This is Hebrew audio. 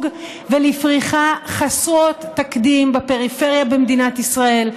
ולפריחה חסרות תקדים בפריפריה במדינת ישראל,